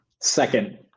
Second